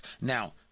Now